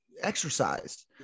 exercise